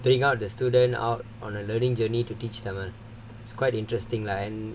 bring out the students out on a learning journey to teach tamil it's quite interesting lah and